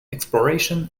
exploration